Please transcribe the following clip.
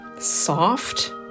soft